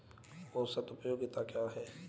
औसत उपयोगिता क्या है?